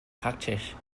praktisch